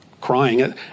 crying